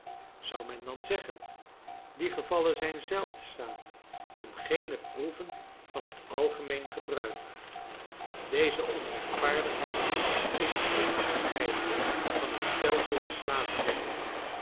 zou men dan zeggen die gevallen zijn zeldzaam en geene proeven van het algemeen gebruik deze onrechtvaardigheid is onafscheidelijk van het stelsel der slavernij